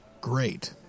Great